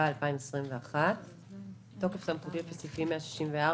התשפ"א-2021 "בתוקף סמכותי לפי סעיפים 164,